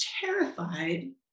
terrified